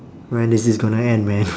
when is this gonna end man